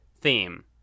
theme